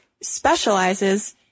specializes